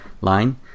line